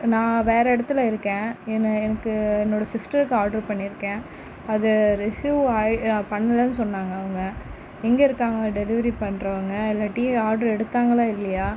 நான் வேறே இடத்துல இருக்கேன் என்ன எனக்கு என்னோடய சிஸ்ட்டர்க்கு ஆட்ரு பண்ணியிருக்கேன் அது ரிசியு பண்ணல சொன்னாங்க அவங்க எங்கே இருக்காங்க டெலிவரி பண்றவங்க இல்லாட்டி ஆட்ரு எடுத்தாங்களா இல்லையா